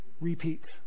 repeat